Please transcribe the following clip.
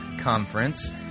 conference